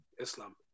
Islam